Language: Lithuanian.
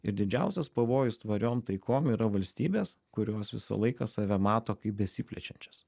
ir didžiausias pavojus tvariom taikom yra valstybės kurios visą laiką save mato kaip besiplečiančias